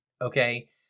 okay